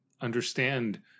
understand